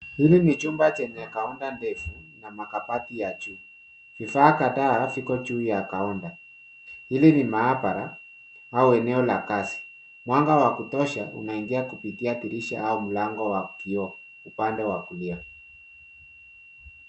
Hili ni chumba chenye kaunta ndefu na makabati ya chuma. Vifaa kadhaa viko juu ya kaunta. Hili ni maabara au eneo la kazi. Mwanga wa kutosha unaingia kupitia dirisha au malngo wa kioo upande wa kulia.